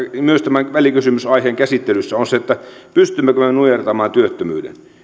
myös tämän välikysymysaiheen käsittelyssä on mielestäni se pystymmekö me nujertamaan työttömyyden